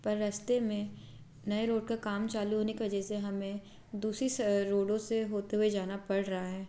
पर रस्ते में नई रोड का काम चालू होने की वजह हमें दूसरी रोडों से होते हुए जाना पड़ रहा है